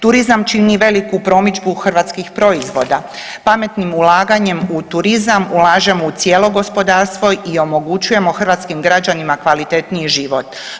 Turizam čini veliku promidžbu hrvatskih proizvoda, pametnim ulaganjem u turizam ulažemo u cijelo gospodarstvo i omogućujemo hrvatskim građanima kvalitetniji život.